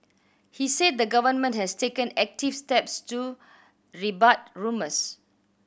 he said the Government has taken active steps to rebut rumours